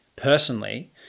personally